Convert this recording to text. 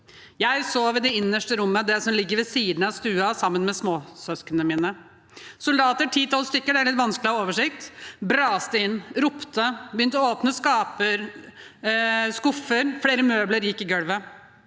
Jeg sov i det innerste rommet, det som ligger ved siden av stuen, sammen med småsøsknene mine. Soldater, ti–tolv stykker, det er litt vanskelig å ha oversikt, braste inn, ropte, begynte å åpne skap og skuffer. Flere møbler gikk i gulvet.